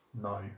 No